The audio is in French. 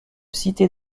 cité